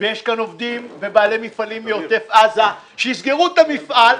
ויש כאן עובדים ובעלי מפעלים מעוטף עזה שיסגרו את המפעל,